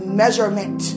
measurement